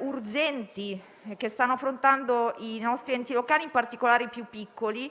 urgenti che stanno affrontando i nostri enti locali, in particolare i più piccoli,